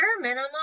minimum